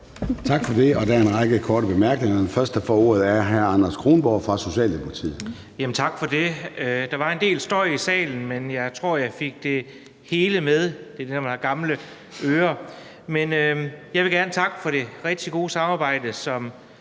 Tak for det. Der er en række korte bemærkninger. Den første, der får ordet, er hr. Anders Kronborg fra Socialdemokratiet. Kl. 23:11 Anders Kronborg (S): Tak for det. Der var en del støj i salen, men jeg tror, jeg fik det hele med. Det er det med, når man har gamle ører. Men jeg vil gerne takke for det rigtig gode samarbejde, som